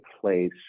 place